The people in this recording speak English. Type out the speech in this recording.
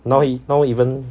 now he now even